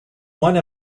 one